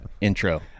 intro